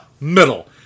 middle